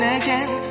again